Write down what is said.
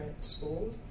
schools